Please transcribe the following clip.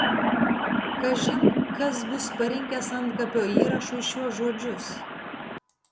kažin kas bus parinkęs antkapio įrašui šiuos žodžius